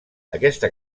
aquesta